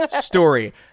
story